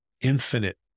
infinite